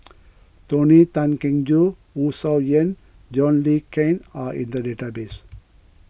Tony Tan Keng Joo Wu Tsai Yen John Le Cain are in the database